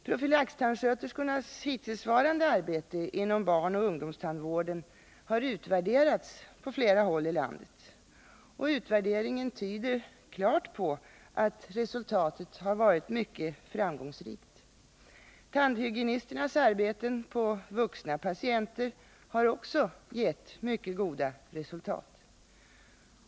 Profylaxtandsköterskornas hittillsvarande arbete inom barnoch ungdomstandvården har utvärderats på flera håll i landet. Utvärderingen tyder klart på att resultatet har varit mycket framgångsrikt. Tandhygienisternas arbeten på vuxna patienter har också gett mycket goda resultat.